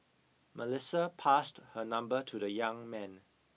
Melissa passed her number to the young man